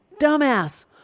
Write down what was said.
dumbass